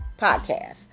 podcast